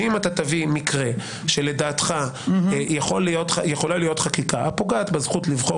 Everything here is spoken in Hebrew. שאם תביא מקרה שלדעתך יכולה להיות חקיקה הפוגעת בזכות לבחור